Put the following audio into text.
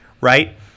right